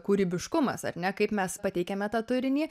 kūrybiškumas ar ne kaip mes pateikiame tą turinį